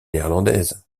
néerlandaises